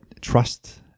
trust